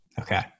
Okay